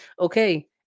okay